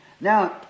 Now